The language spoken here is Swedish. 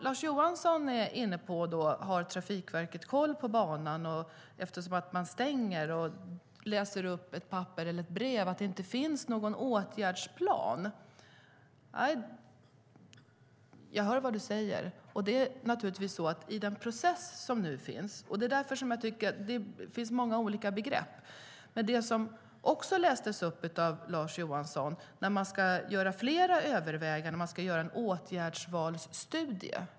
Lars Johansson undrar om Trafikverket har koll på banan eftersom man stänger. Han läser upp ett brev där det står att det inte finns någon åtgärdsplan. Jag hör vad du säger, och det finns många olika begrepp. Lars Johansson läste också upp att man ska göra flera överväganden, en åtgärdsvalsstudie.